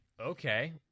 Okay